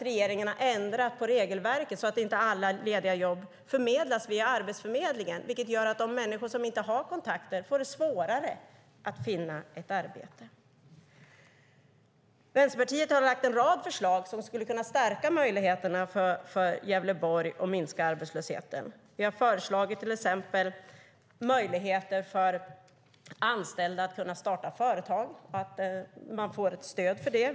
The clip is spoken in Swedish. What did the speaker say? Regeringen har ändrat regelverket så att inte alla lediga jobb förmedlas via Arbetsförmedlingen, vilket gör att de människor som inte har kontakter får det svårare att finna ett arbete. Vänsterpartiet har lagt fram en rad förslag för att stärka möjligheterna för Gävleborg att minska arbetslösheten. Vi har till exempel föreslagit möjligheter för anställda att starta företag, att man får ett stöd för det.